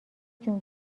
جون